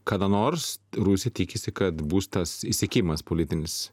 kada nors rusija tikisi kad bus tas išsekimas politinis